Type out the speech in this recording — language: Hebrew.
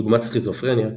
דוגמת סכיזופרניה,